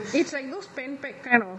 its like those pan pac kind of